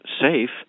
safe